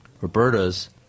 Roberta's